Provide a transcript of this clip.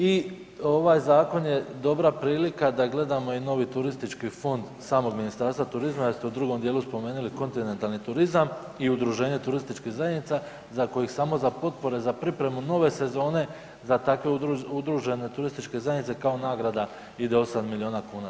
I ovaj zakon je dobra prilika da gledamo i novi turistički fond samog Ministarstva turizma jer ste u drugom dijelu spomenili kontinentalni turizam i udruženje turističkih zajednica za kojih samo za potpore za pripremu nove sezone za takve udružene turističke zajednice kao nagrada ide 8 milijuna kuna.